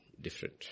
different